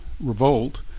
revolt